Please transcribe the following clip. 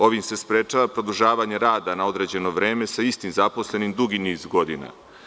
Ovim se sprečava produžavanje rada na određeno vreme sa istim zaposlenim dugi niz godina.